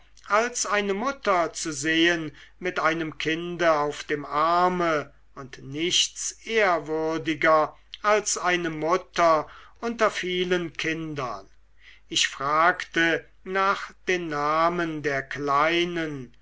als eine mutter zu sehen mit einem kinde auf dem arme und nichts ehrwürdiger als eine mutter unter vielen kindern ich fragte nach den namen der kleinen